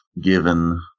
given